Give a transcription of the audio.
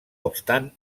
obstant